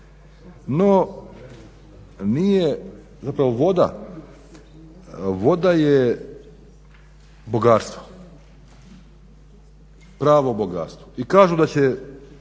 No, nije, zapravo voda, voda je bogatstvo, pravo bogatstvo. I kažu da će,